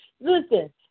Listen